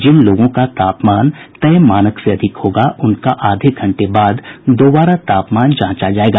जिन लोगों का तापमान तय मानक से अधिक होगा उनका आधे घंटे बाद दोबारा तापमान जांचा जायेगा